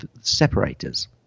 separators